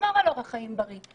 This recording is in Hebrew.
לשמור על אורח חיים בריא,